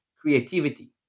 creativity